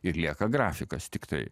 ir lieka grafikas tiktai